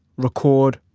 record,